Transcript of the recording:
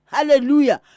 Hallelujah